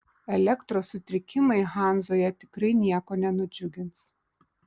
elektros sutrikimai hanzoje tikrai nieko nenudžiugins